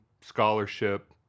scholarship